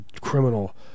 criminal